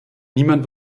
niemand